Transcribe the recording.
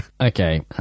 Okay